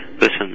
Listen